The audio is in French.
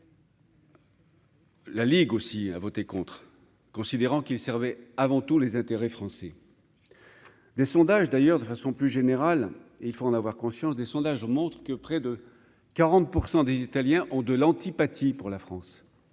La Ligue aussi a voté contre, considérant qu'il servait avant tout les intérêts français des sondages d'ailleurs de façon plus générale et il faut en avoir conscience des sondages montrent que près de 40 pour 100 des Italiens ont de l'antipathie pour la France